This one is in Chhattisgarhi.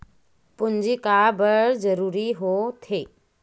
पूंजी का बार जरूरी हो थे?